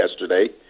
yesterday